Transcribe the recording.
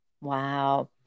Wow